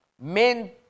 Men